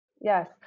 yes